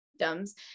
symptoms